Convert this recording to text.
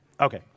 Okay